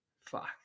Fuck